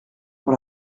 pour